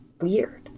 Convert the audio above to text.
weird